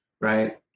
Right